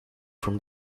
from